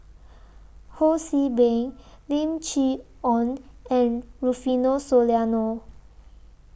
Ho See Beng Lim Chee Onn and Rufino Soliano